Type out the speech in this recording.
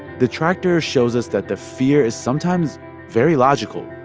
the tractor shows us that the fear is sometimes very logical,